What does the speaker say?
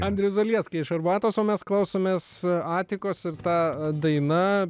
andriaus zaliesko iš arbatos o mes klausomės atikus ir ta daina